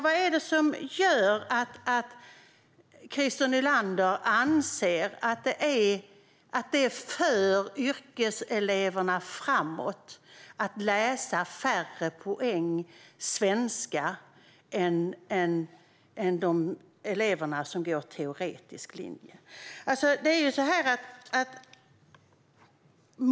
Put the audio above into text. Vad är det som gör att Christer Nylander anser att det för yrkeseleverna framåt att läsa färre poäng i svenska än eleverna som går på teoretiska program?